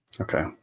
Okay